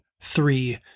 three